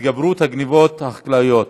התגברות הגנבות החקלאיות,